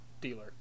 dealer